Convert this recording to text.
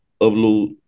upload